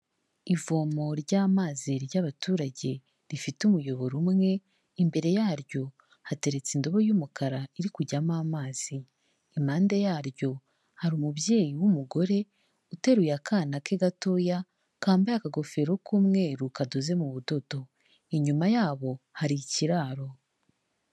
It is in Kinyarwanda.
Ivomo ry'amazi ry'abaturage, rifite umuyoboro umwe, imbere yaryo hateretse indubo y'umukara iri kujyamo amazi. Impande yaryo, hari umubyeyi w'umugore, uteruye akana ke gatoya, kambaye akagofero k'umweru kadoze mu budodo. Inyuma yabo, hari ikiraro.